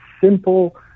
simple